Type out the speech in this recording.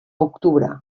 octubre